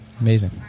Amazing